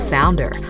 Founder